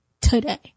today